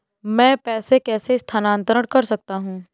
मैं पैसे कैसे स्थानांतरण कर सकता हूँ?